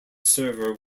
server